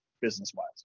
business-wise